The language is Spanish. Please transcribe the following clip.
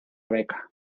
beca